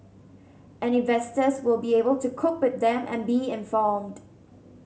and investors will be able to cope with them and be informed